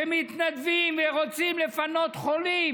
שמתנדבים ורוצים לפנות חולים,